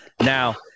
Now